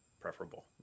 preferable